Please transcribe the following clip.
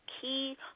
key